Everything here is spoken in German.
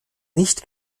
nicht